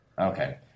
Okay